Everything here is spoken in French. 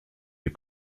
les